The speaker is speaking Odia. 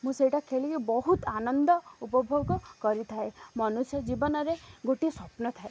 ମୁଁ ସେଇଟା ଖେଳିକି ବହୁତ ଆନନ୍ଦ ଉପଭୋଗ କରିଥାଏ ମନୁଷ୍ୟ ଜୀବନରେ ଗୋଟିଏ ସ୍ୱପ୍ନ ଥାଏ